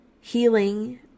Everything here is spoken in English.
healing